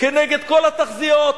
כנגד כל התחזיות.